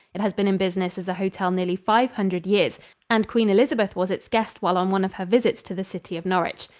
it has been in business as a hotel nearly five hundred years and queen elizabeth was its guest while on one of her visits to the city of norwich.